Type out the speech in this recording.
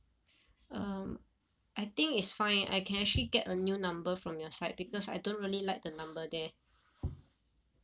um I think it's fine I can actually get a new number from your side because I don't really like the number there